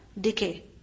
Decay